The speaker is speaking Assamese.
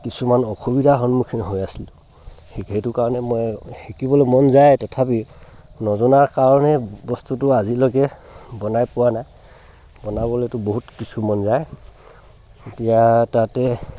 কিছুমান অসুবিধাৰ সন্মুখীন হৈ আছিলোঁ সেইটো কাৰণে মই শিকিবলৈ মন যায় তথাপি নজনাৰ কাৰণে বস্তুটো আজিলৈকে বনাই পোৱা নাই বনাবলৈতো বহুত কিছু মন যায় এতিয়া তাতে